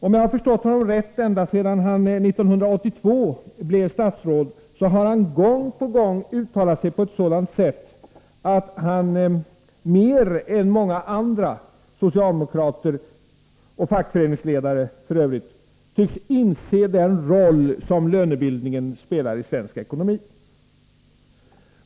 Om jag har förstått honom rätt har han gång på gång sedan år 1982, då han blev statsråd, uttalat sig på sådant sätt att han mer än många andra socialdemokrater och f. ö. också fackföreningsledare verkar inse den roll som lönebildningen spelar i svensk ekonomi.